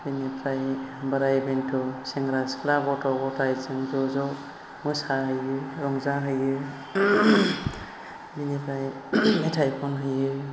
बेनिफ्राय बोराय बेन्थ' सेंग्रा सिख्ला' गथ' गथाय जों ज' ज' मोसाहैयो रंजाहैयो बेनिफ्राय मेथाइ खनहैयो